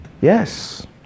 Yes